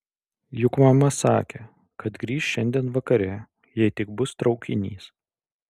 juk mama sakė kad grįš šiandien vakare jei tik bus traukinys